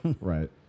Right